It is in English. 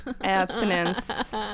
Abstinence